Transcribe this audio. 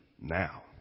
now